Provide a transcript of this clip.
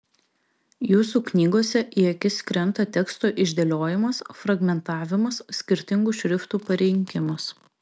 jūsų knygose į akis krenta teksto išdėliojimas fragmentavimas skirtingų šriftų parinkimas